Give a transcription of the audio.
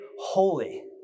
holy